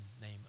name